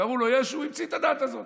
קראו לו ישו, והוא המציא את הדת הזאת,